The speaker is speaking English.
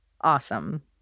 awesome